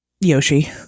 yoshi